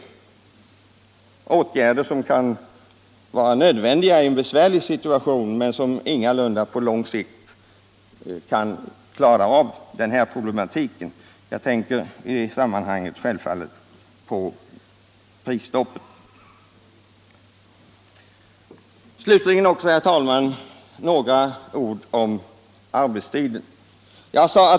Sådana åtgärder kan vara nödvändiga temporärt i en besvärlig situation men de klarar ingalunda på lång sikt av den här problematiken. Slutligen, herr talman, några ord om arbetstiden.